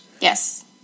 Yes